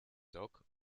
dock